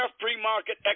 free-market